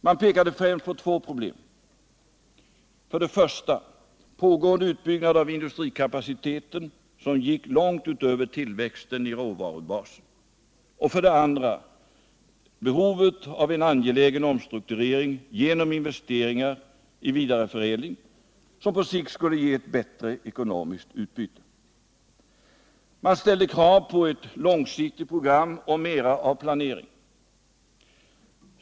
Man pekade främst på två problem: för det första en pågående utbyggnad av industrikapaciteten, som gick långt utöver tillväxten i råvarubasen, och för det andra behovet av en angelägen omstrukturering genom investeringar i vidareförädling, som på sikt skulle ge ett bättre ekonomiskt utbyte. Man ställde krav på ett långsiktigt program och mera av planering.